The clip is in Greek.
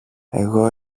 εγώ